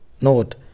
Note